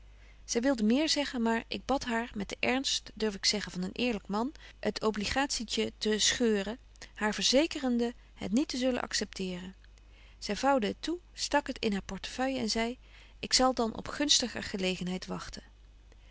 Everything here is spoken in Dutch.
zy wilde meer zeggen maar ik bad haar met den ernst durf ik zeggen van een eerlyk man betje wolff en aagje deken historie van mejuffrouw sara burgerhart het obligatietje te scheuren haar verzekerende het niet te zullen accepteeren zy voude het toe stak het in haar portefeuille en zei ik zal dan op gunstiger gelegenheid wagten